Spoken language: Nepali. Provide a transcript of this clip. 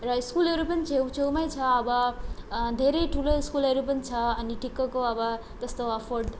र स्कुलहरू पनि छेउछेउमै छ अब धेरै ठुलो स्कुलहरू पनि छ अनि ठिकको अब कस्तो अफर्ड